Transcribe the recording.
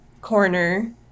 corner